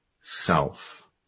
self